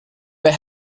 they